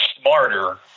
smarter